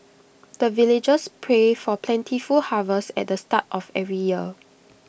the villagers pray for plentiful harvest at the start of every year